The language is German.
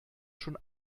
schon